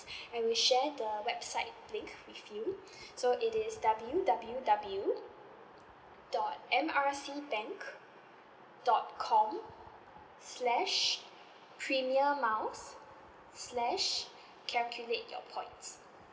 and we share the website link with you so it is W W W dot M R C bank dot com slash premium miles slash calculate your points